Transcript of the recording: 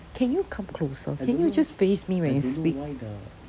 can you come closer can you just face me when you speak